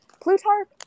Plutarch